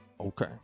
Okay